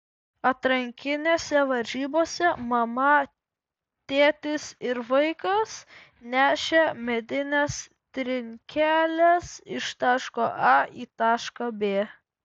atrankinėse varžybose mama tėtis ir vaikas nešė medines trinkeles iš taško a į tašką b